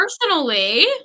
Personally